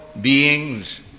beings